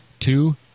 Two